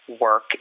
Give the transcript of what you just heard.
work